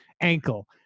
ankle